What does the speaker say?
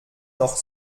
noch